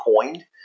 coined